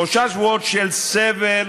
שלושה שבועות של סבל,